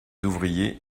ouvriers